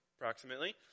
approximately